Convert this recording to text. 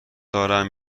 دارم